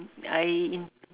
I in